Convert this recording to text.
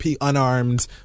unarmed